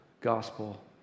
gospel